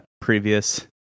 previous